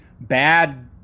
bad